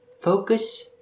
focus